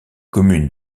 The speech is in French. commune